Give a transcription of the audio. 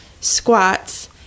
squats